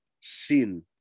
sin